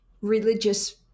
religious